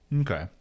okay